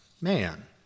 man